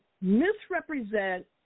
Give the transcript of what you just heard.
misrepresent